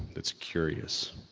that's curious